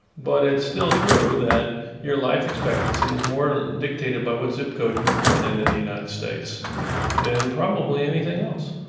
but it's still true that your life expectancy is more dictated by what zip code you were born in in the united states than probably anything else.